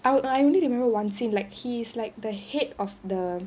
i~ I only remember one scene like he is like the head of the